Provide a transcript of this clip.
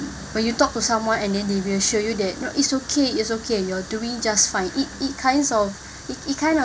when you talk to someone and then they reassure you that you know is okay is okay you're doing just fine it it kinds of it it kind of